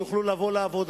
אני חושב שעשיתם עבודה ראויה